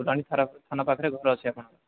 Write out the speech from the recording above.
ଫୁଲବାଣୀ ଥାନା ଥାନା ପାଖରେ ଘର ଅଛି ଆପଣଙ୍କର